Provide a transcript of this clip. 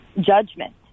judgment